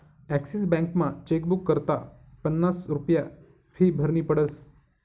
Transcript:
Axis बॅकमा chequebook करता पन्नास रुप्या फी भरनी पडस